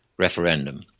referendum